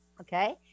Okay